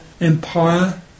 empire